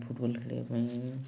football ଖେଳିବା ପାଇଁ